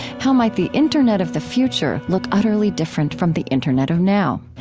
how might the internet of the future look utterly different from the internet of now?